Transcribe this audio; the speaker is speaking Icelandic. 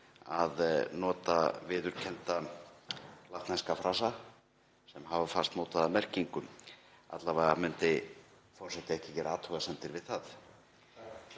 að nota viðurkennda latneska frasa sem hafa fastmótaða merkingu. Alla vega myndi forseti ekki gera athugasemdir við það.